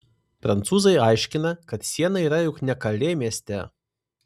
prancūzai aiškina kad siena yra juk ne kalė mieste